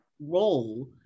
role